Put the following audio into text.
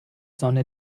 sonne